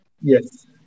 Yes